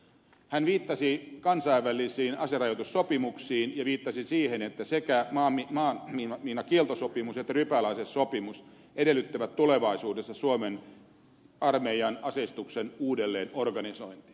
hän viittasi kansainvälisiin aserajoitussopimuksiin ja viitta si siihen että sekä maamiinakieltosopimus että rypäleasesopimus edellyttävät tulevaisuudessa suomen armeijan aseistuksen uudelleenorganisointia